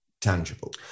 tangible